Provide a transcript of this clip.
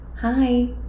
hi